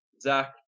Zach